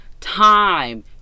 time